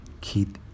Keith